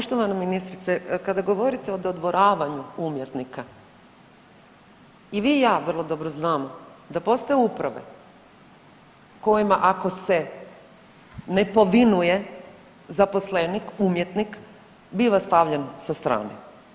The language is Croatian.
Poštovana ministrice, kada govorite o dodvoravanju umjetnika, i vi i ja vrlo dobro znamo da postoje uprave kojima ako se ne povinuje zaposlenik, umjetnik, biva stavljen sa strane.